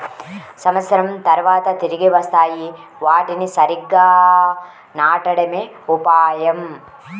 సంవత్సరం తర్వాత తిరిగి వస్తాయి, వాటిని సరిగ్గా నాటడమే ఉపాయం